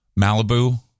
Malibu